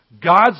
God's